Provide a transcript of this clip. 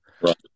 Right